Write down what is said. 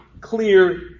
clear